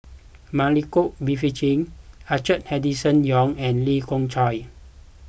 Milenko Prvacki Arthur Henderson Young and Lee Khoon Choy